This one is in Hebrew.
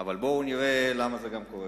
אבל בואו נראה למה זה קורה.